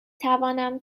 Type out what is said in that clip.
توانم